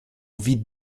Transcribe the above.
vide